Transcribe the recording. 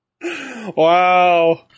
Wow